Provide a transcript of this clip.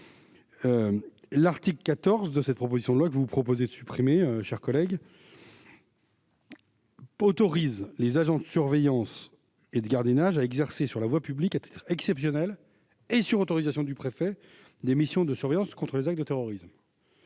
L'article 14 de cette proposition de loi que vous proposez de supprimer, mes chers collègues, autorise les agents de surveillance et de gardiennage à exercer sur la voie publique, à titre exceptionnel et sur autorisation du préfet, des missions de surveillance contre les actes de terrorisme.